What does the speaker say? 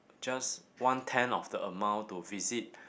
just one ten of the amount to visit